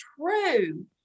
true